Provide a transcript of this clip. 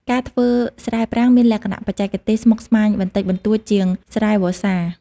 ការធ្វើស្រែប្រាំងមានលក្ខណៈបច្ចេកទេសស្មុគស្មាញបន្តិចបន្តួចជាងស្រែវស្សា។